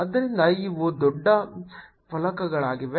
ಆದ್ದರಿಂದ ಇವು ದೊಡ್ಡ ಫಲಕಗಳಾಗಿವೆ